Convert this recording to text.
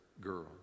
girl